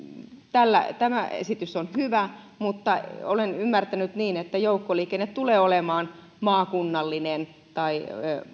tämä esitys on hyvä mutta olen ymmärtänyt niin että joukkoliikenne tulee olemaan maakunnallinen tai